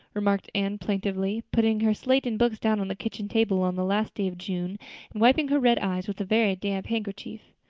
remarked anne plaintively, putting her slate and books down on the kitchen table on the last day of june and wiping her red eyes with a very damp handkerchief.